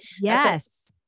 Yes